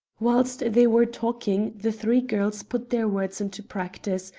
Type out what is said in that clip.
whilst they were talking the three girls put their words into practice,